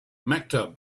maktub